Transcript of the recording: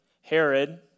Herod